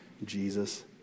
Jesus